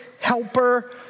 helper